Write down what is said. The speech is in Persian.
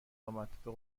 امدبه